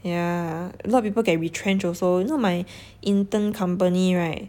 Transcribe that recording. yeah a lot of people get retrench also you know my intern company right